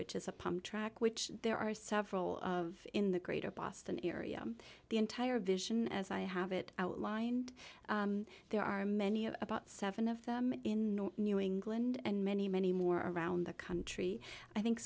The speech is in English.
which is a pump track which there are several in the greater boston area the entire vision as i have it outlined there are many of about seven of them in new england and many many more around the country i think